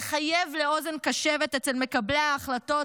תחייב אוזן קשבת אצל מקבלי ההחלטות,